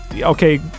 Okay